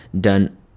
done